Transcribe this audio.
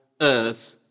earth